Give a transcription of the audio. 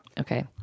okay